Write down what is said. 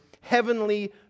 heavenly